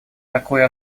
такой